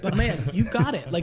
but man you got it. like